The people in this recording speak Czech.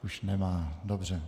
Už nemá, dobře.